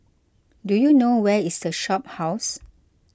do you know where is the Shophouse